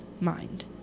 mind